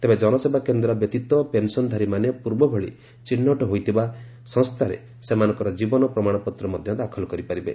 ତେବେ ଜନସେବା କେନ୍ଦ୍ର ବ୍ୟତୀତ ପେନ୍ସନଧାରୀମାନେ ପୂର୍ବଭଳି ଚିହ୍ନଟ ହୋଇଥିବା ସଂସ୍ଥାରେ ସେମାନଙ୍କର ଜୀବନ ପ୍ରମାଣପତ୍ର ମଧ୍ୟ ଦାଖଲ କରିପାରିବେ